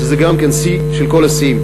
שזה גם כן שיא של כל השיאים.